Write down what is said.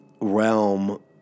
realm